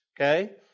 Okay